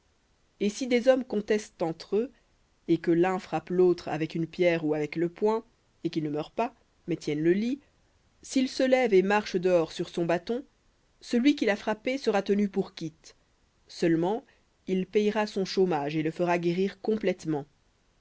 et si des hommes contestent entre eux et que l'un frappe l'autre avec une pierre ou avec le poing et qu'il ne meure pas mais tienne le lit sil se lève et marche dehors sur son bâton celui qui l'a frappé sera tenu pour quitte seulement il payera son chômage et le fera guérir complètement